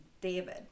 David